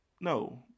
No